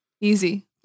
Easy